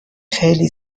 خیلی